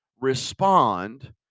Respond